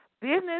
Business